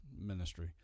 ministry